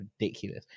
Ridiculous